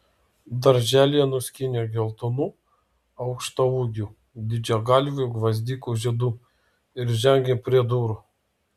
darželyje nuskynė geltonų aukštaūgių didžiagalvių gvazdikų žiedų ir žengė prie durų